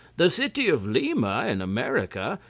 the city of lima, in america,